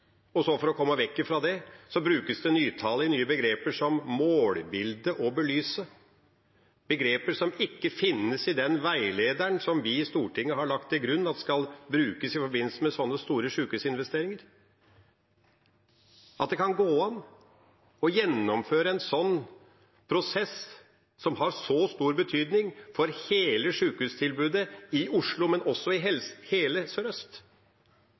så å komme vekk fra det brukes det nytale, nye begreper som «målbilde» og «belyse», begreper som ikke finnes i den veilederen som vi i Stortinget har lagt til grunn at skal brukes i forbindelse med slike store sykehusinvesteringer. At det kan gå an å gjennomføre en slik prosess, som har så stor betydning for sykehustilbudet i Oslo, men også i hele sørøst!